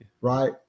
right